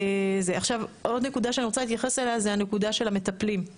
עכשיו עוד נקודה שאני רוצה להתייחס אליה זו הנקודה של המטפלים.